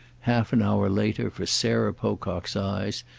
half an hour later for sarah pocock's eyes,